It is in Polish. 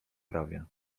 prawie